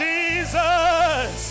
Jesus